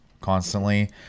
constantly